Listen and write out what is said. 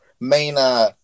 main